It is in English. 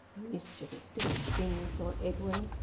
mischievous little thing! thought edwin.